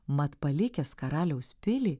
mat palikęs karaliaus pilį